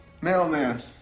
mailman